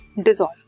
dissolve